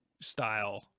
style